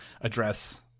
address